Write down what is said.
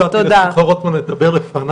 כן, הרבה מאוד זמן, נתת לשמחה רוטמן לדבר לפניי.